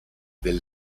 del